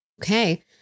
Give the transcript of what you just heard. Okay